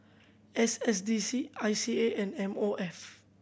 S S D C I C A and M O F